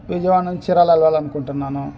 విజయవాడ నుంచి చీరాల వెళ్ళాలి అనుకుంటున్నాను